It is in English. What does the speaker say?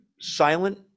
Silent